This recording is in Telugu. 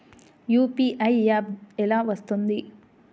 యూ.పీ.ఐ యాప్ ఎలా వస్తుంది?